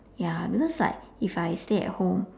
ya because like if I stay at home